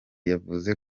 yavuze